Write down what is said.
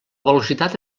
velocitat